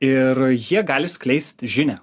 ir jie gali skleist žinią